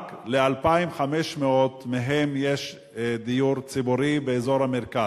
רק ל-2,500 מהם יש דיור ציבורי, באזור המרכז.